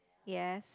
yes